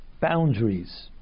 boundaries